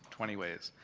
twenty ways.